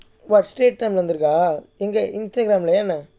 what Straits Times leh வந்ததா எங்கே:vanthatha engae